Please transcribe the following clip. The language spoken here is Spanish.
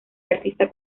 artista